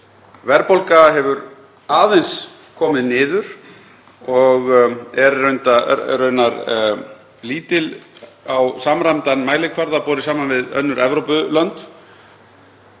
Verðbólga hefur aðeins komið niður og er raunar lítil á samræmdan mælikvarða borið saman við önnur Evrópulönd.